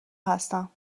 هستم